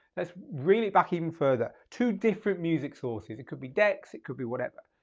that's really back even further, two different music sources. it could be decks, it could be whatever,